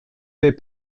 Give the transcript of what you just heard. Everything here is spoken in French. vais